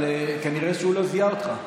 אבל כנראה שהוא לא זיהה אותך.